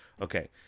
Okay